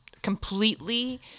completely